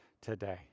today